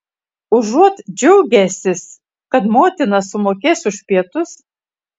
užuot džiaugęsis kad motina sumokės už pietus